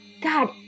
god